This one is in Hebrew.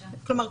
כלומר,